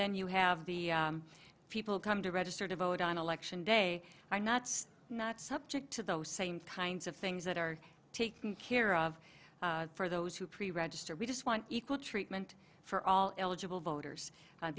then you have the people come to register to vote on election day are not not subject to those same kinds of things that are taken care of for those who pre register we just want equal treatment for all eligible voters and